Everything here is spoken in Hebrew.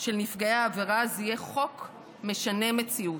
של נפגעי העבירה, זה יהיה חוק משנה מציאות,